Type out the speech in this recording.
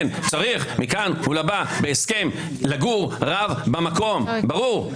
כן צריך מכאן ולהבא בהסכם שרב יגור במקום, ברור.